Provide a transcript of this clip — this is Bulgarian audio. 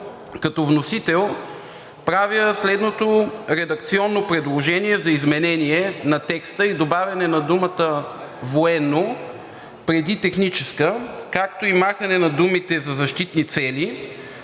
като вносител правя следното редакционно предложение за изменение на текста и за добавяне на думата „военно-“ преди „техническа“, както и махане на думите „за защитни цели“